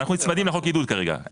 אנחנו נצמדים לחוק עידוד כרגע,